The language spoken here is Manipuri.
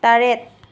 ꯇꯔꯦꯠ